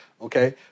Okay